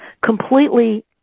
completely